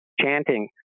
chanting